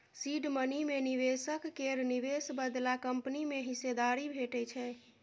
seed money मे निबेशक केर निबेश बदला कंपनी मे हिस्सेदारी भेटै छै